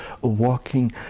walking